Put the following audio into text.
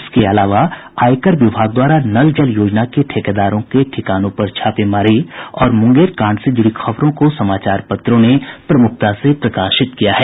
इसके अलावा आयकर विभाग द्वारा नल जल योजना के ठिकेदारों के ठिकानों पर छापेमारी और मुंगेर कांड से जुड़ी खबरों को समाचार पत्रों ने प्रमुखता से प्रकाशित किया है